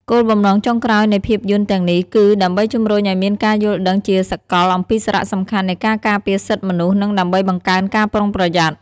គោលបំណងចុងក្រោយនៃភាពយន្តទាំងនេះ គឺដើម្បីជំរុញឲ្យមានការយល់ដឹងជាសាកលអំពីសារៈសំខាន់នៃការការពារសិទ្ធិមនុស្ស និងដើម្បីបង្កើនការប្រុងប្រយ័ត្ន។